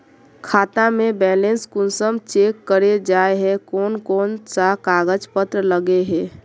खाता में बैलेंस कुंसम चेक करे जाय है कोन कोन सा कागज पत्र लगे है?